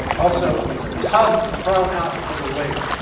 also, it's a tub thrown out to the whale.